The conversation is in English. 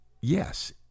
yes